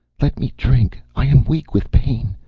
let me drink. i am weak with pain.